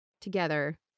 together